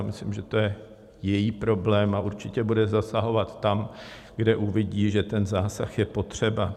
Myslím, že to je její problém, a určitě bude zasahovat tam, kde uvidí, že ten zásah je potřeba.